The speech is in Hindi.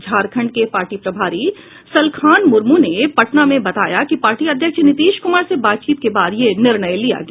झारखंड के पार्टी प्रभारी सलखान मूर्यू ने पटना में बताया कि पार्टी अध्यक्ष नीतीश कुमार से बातचीत के बाद यह निर्णय लिया गया